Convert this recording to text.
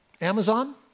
Amazon